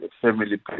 family